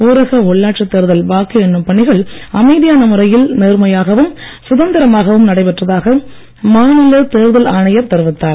ஊரக உள்ளாட்சித் தேர்தல் வாக்கு எண்ணும் பணிகள் அமைதியான முறையில் நேர்மையாகவும் சுதந்திரமாகவும் நடைபெற்றதாக மாநில தேர்தல் தெரிவித்தார்